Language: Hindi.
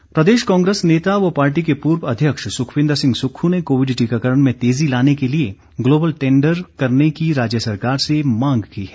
सुक्ख प्रदेश कांग्रेस नेता व पार्टी के पूर्व अध्यक्ष सुखविंद्र सिंह सुक्खू ने कोविड टीकाकरण में तेजी लाने के लिए ग्लोबल टेंडर करने की राज्य सरकार से मांग की है